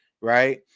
right